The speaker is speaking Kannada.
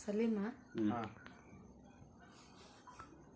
ಗಾಡಿ ತಗೋಳಾಕ್ ಎಷ್ಟ ಸಾಲ ಕೊಡ್ತೇರಿ?